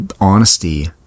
honesty